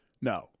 no